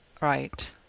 Right